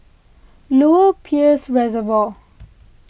Lower Peirce Reservoir